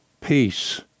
Peace